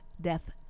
death